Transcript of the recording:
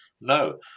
No